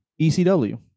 ECW